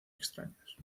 extraños